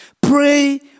pray